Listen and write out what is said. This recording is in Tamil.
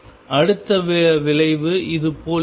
அடுத்த வளைவு இதுபோல் இருக்கும்